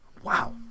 Wow